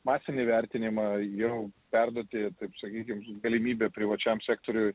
masinį vertinimą jau perduoti taip sakykim galimybė privačiam sektoriui